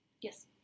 Yes